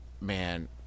man